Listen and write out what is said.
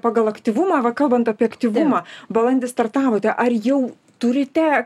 pagal aktyvumą va kalbant apie aktyvumą balandį startavote ar jau turite